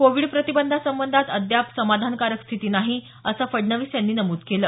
Covid प्रतिबंधासंबंधात अद्याप समाधानकारक स्थिती नाही असं फडणवीस यांनी नमूद केलं